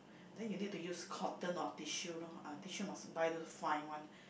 then you need to use cotton or tissue lor ah tissue must buy those fine one